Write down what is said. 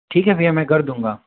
ठीक है भैया मैं कर दूँगा